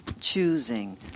choosing